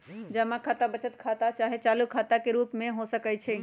जमा खता बचत खता चाहे चालू खता के रूप में हो सकइ छै